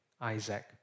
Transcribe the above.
Isaac